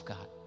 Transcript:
God